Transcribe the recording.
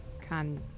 Kan